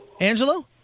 Angelo